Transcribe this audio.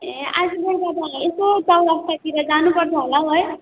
ए आज बेलुका त यसो चौरस्तातिर जानुपर्छ होला हौ है